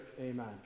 Amen